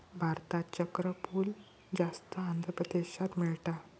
भारतात चक्रफूल जास्त आंध्र प्रदेशात मिळता